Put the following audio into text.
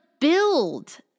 build